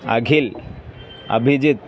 अघिल् Abhijit